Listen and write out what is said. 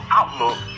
outlook